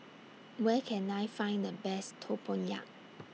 Where Can I Find The Best Tempoyak